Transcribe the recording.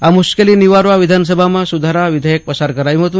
આ મુશ્કેલી નિવારવા વિધાનસભામાં સુધારા વિધેયક પસાર કરાયું હતું